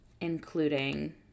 including